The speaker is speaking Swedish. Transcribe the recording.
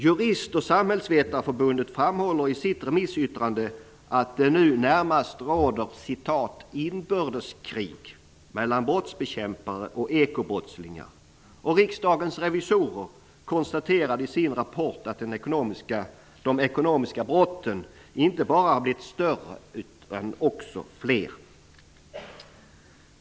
Jurist och samhällsvetarförbundet framhåller i sitt remissyttrande att det nu närmast råder ''inbördeskrig'' mellan brottsbekämpare och ekobrottslingar, och riksdagens revisorer konstaterade i sin rapport att de ekonomiska brotten inte bara blivit fler utan också grövre.